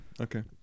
okay